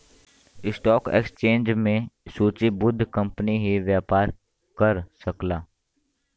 stock exchange में सूचीबद्ध company ही व्यापार कर सकला